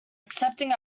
accepting